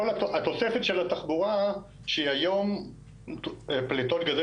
התוספת של התחבורה שהיא היום פליטות גזי